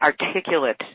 articulate